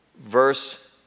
Verse